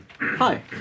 hi